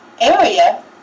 area